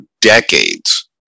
decades